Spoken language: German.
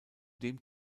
dem